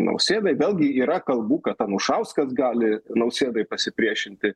nausėdai vėlgi yra kalbų kad anušauskas gali nausėdai pasipriešinti